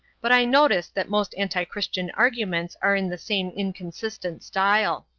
but i notice that most anti-christian arguments are in the same inconsistent style.